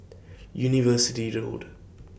University Road